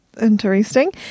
interesting